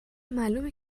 معلومه